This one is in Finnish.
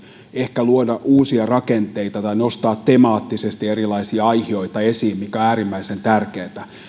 ehkä luoda uusia rakenteita tai nostaa temaattisesti erilaisia aihioita esiin mikä on äärimmäisen tärkeätä